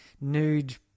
nude